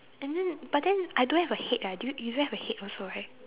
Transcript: and then but then I don't have a head ah do you you don't have a head also right